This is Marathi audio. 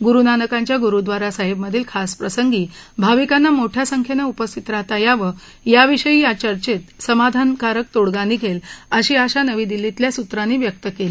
गुरू नानकांच्या गुरुद्वारासाहिबमधे खास प्रसंगी भाविकांना मोठ्या संख्येनं उपस्थित राहता यावं याविषयी या चर्चेत समाधानकारक तोडगा निघेल अशी आशा नवी दिल्लीतल्या सूत्रांनी व्यक्त केली